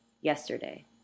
yesterday